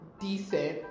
decent